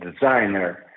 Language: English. designer